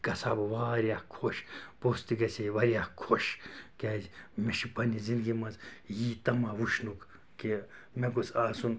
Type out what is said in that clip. گژھہٕ ہا بہٕ واریاہ خۄش پوٚژھ تہِ گژھہِ ہے واریاہ خۄش کیٛازِ مےٚ چھِ پَننہِ زِندگی منٛز یی طمع وُچھنُک کہِ مےٚ گوٚژھ آسُن